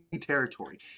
territory